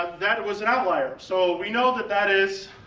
um that was an outlier. so we know that that is,